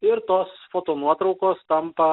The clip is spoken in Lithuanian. ir tos foto nuotraukos tampa